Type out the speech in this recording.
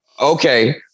Okay